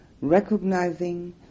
recognizing